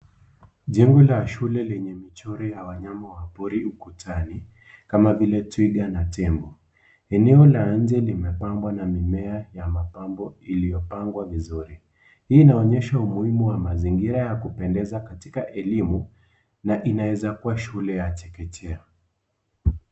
Jengo la shule lenye michoro ya wanyama wa pori ukutani kama vile twiga na tembo . Eneo la nje limepambwa na mimea ya mapambo iliyopangwa vizuri . Hii inaonyesha umuhimu wa mazingira ya kupendeza katika elimu na inaweza kuwa shule ya chekechea.